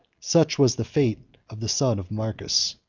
such was the fate of the son of marcus,